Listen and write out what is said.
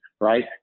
Right